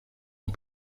ans